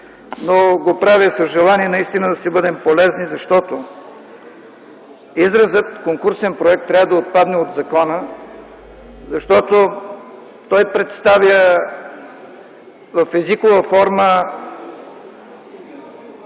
Но го правя със желание наистина да си бъдем полезни. Изразът „конкурсен проект” трябва да отпадне от закона, защото той представя в езикова форма